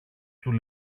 του